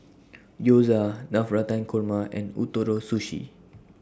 Gyoza Navratan Korma and Ootoro Sushi